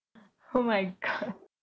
oh my god